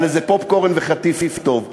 על איזה פופקורן וחטיף טוב.